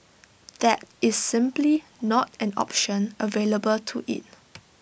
that is simply not an option available to IT